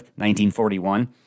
1941